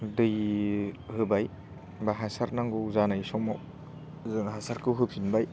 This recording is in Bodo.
दै होबाय बा हासार नांगौ जानाय समाव जों हासारखौ होफिनबाय